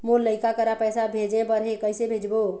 मोर लइका करा पैसा भेजें बर हे, कइसे भेजबो?